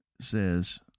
says